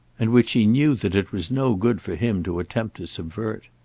and which he knew that it was no good for him to attempt to subvert.